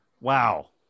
Wow